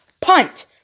Punt